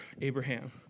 Abraham